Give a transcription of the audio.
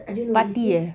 I don't know it's this